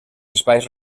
espais